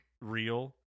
real